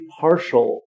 partial